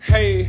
Hey